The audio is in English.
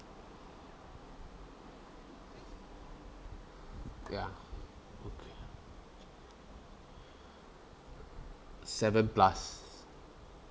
ya seven plus